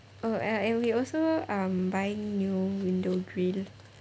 oh uh and we also um buying new window grille